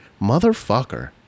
motherfucker